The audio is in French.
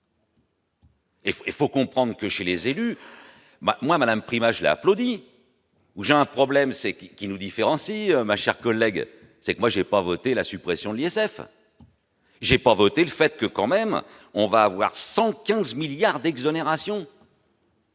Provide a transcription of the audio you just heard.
ce, il faut comprendre que chez les élus moi madame Prima je l'applaudis où j'ai un problème c'est qui qui nous différencie, ma chère collègue c'est que moi j'ai pas voté la suppression de l'ISF. J'ai pas voté le fait que, quand même, on va avoir 75 milliards d'exonérations.